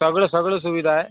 सगळं सगळं सुविधा आहे